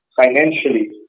financially